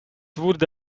wurde